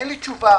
אין לי תשובה